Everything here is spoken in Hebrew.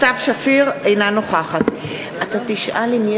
סתיו שפיר, אינה נוכחת רבותי, יש